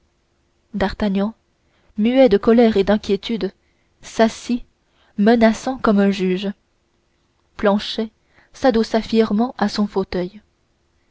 d'artagnan muet de colère et d'inquiétude s'assit menaçant comme un juge planchet s'adossa fièrement à son fauteuil